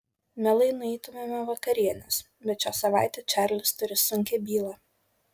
mielai nueitumėme vakarienės bet šią savaitę čarlis turi sunkią bylą